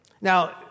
Now